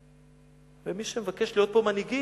ומי שמבקשים להיות פה מנהיגים,